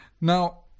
now